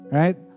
right